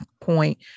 point